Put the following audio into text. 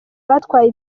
batwaye